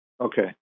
Okay